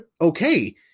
okay